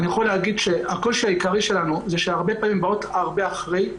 אני יכול להגיד שהקושי העיקרי שלנו הוא שהרבה פעמים באות הרבה אחרי.